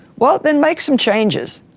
well, then make some changes,